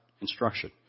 instruction